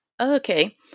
Okay